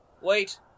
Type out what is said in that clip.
Wait